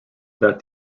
that